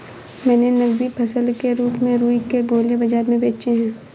मैंने नगदी फसल के रूप में रुई के गोले बाजार में बेचे हैं